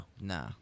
nah